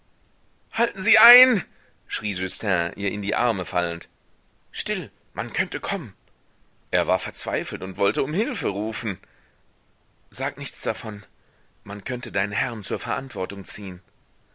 halten sie ein schrie justin ihr in die arme fallend still man könnte kommen er war verzweifelt und wollte um hilfe rufen sag nichts davon man könnte deinen herrn zur verantwortung ziehen